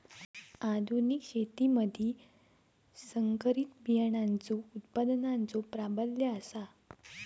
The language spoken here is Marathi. आधुनिक शेतीमधि संकरित बियाणांचो उत्पादनाचो प्राबल्य आसा